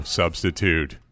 substitute